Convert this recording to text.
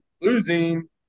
Losing